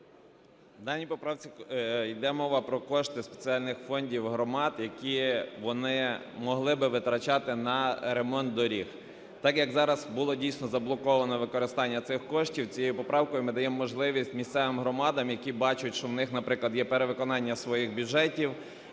В даній поправці йде мова про кошти спеціальних фондів громад, які вони могли би витрачати на ремонт доріг. Так як зараз було дійсно заблоковано використання цих коштів, цією поправкою ми даємо можливість місцевим громадам, які бачать, що в них, наприклад, є перевиконання своїх бюджетів